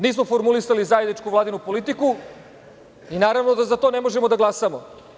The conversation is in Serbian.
Nismo formulisali zajedničku vladinu politiku i naravno da za to ne možemo da glasamo.